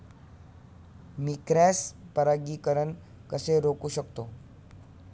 मी cross परागीकरण कसे रोखू शकतो?